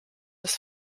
des